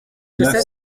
neuf